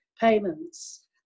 payments